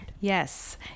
Yes